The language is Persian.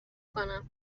کنم